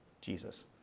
Jesus